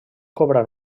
cobrar